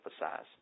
emphasize